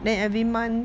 then every month